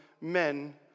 men